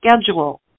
schedule